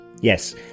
yes